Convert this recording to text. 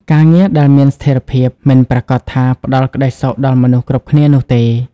ការងារដែលមានស្ថិរភាព មិនប្រាកដថាផ្តល់ក្តីសុខដល់មនុស្សគ្រប់គ្នានោះទេ។